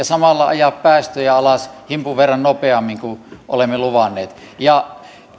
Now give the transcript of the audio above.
samalla ajaa päästöjä alas himpun verran nopeammin kuin olemme luvanneet